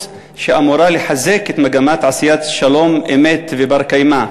שאמורה לחזק את מגמת עשיית שלום-אמת ובר-קיימא,